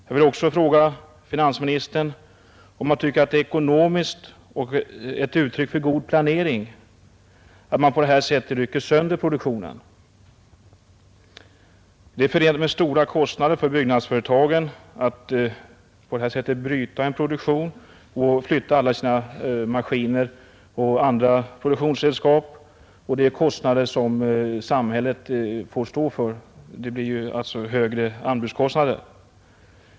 Jag vill också fråga finansministern om han tycker att det är ekonomiskt och ett uttryck för god planering att man på det här sättet rycker sönder produktionen. Det är förenat med stora kostnader för byggnadsföretagen att bryta en produktion och flytta alla sina maskiner och andra produktionsredskap, och det är kostnader som samhället får stå för. Det blir alltså högre anbudskostnader.